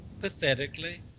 pathetically